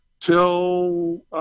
till